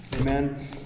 Amen